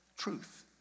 truth